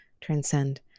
transcend